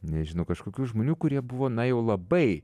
nežinau kažkokių žmonių kurie buvo na jau labai